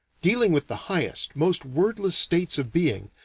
dealing with the highest, most wordless states of being,